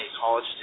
college